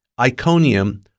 Iconium